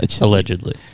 allegedly